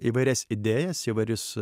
įvairias idėjas įvairius